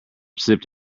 slipped